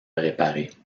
réparer